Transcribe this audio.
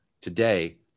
today